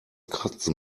kratzen